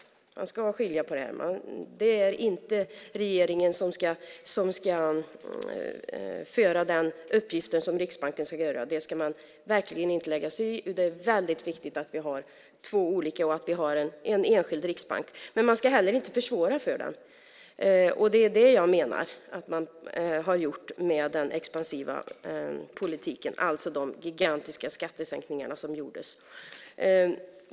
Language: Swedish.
Man ska skilja på det här. Regeringen ska inte göra den uppgift som Riksbanken ska göra. Det ska man verkligen inte lägga sig i. Det är väldigt viktigt att vi har två olika och att vi har en enskild riksbank. Men man ska heller inte försvåra för den. Det är det jag menar att man har gjort med den expansiva politiken, alltså de gigantiska skattesänkningar som gjordes.